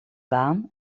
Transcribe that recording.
baan